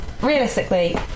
realistically